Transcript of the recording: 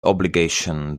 obligation